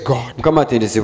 God